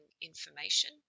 information